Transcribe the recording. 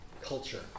culture